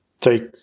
take